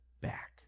back